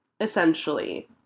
essentially